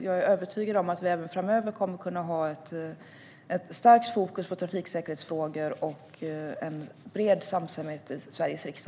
Jag är övertygad om att vi även framöver kommer att kunna ha ett starkt fokus på trafiksäkerhetsfrågor och en bred samsyn om detta i Sveriges riksdag.